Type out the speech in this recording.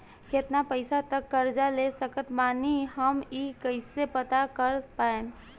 केतना पैसा तक कर्जा ले सकत बानी हम ई कइसे पता कर पाएम?